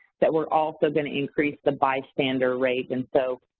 that we're also gonna increase the bystander rate. and so,